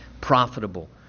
profitable